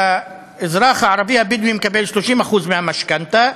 האזרח הערבי הבדואי מקבל 30% מהמשכנתה,